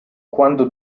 quando